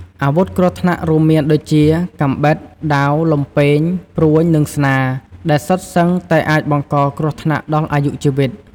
អាវុធគ្រោះថ្នាក់ រួមមានដូចជា កាំបិត ដាវ លំពែង ព្រួញ និងស្នា ដែលសុទ្ធសឹងតែអាចបង្កគ្រោះថ្នាក់ដល់អាយុជីវិត។